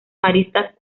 maristas